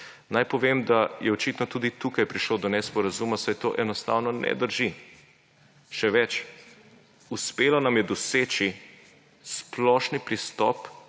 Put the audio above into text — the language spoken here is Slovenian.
Nam povem, da je očitno tudi tukaj prišlo do nesporazuma, saj to enostavno ne drži. Še več, uspelo nam je doseči splošni pristop